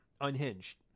unhinged